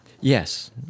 Yes